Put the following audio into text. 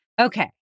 Okay